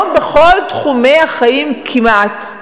היום בכל תחומי החיים כמעט,